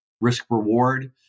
risk-reward